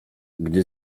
gdy